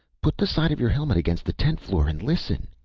put the side of your helmet against the tent-floor, and listen!